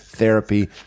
therapy